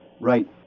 Right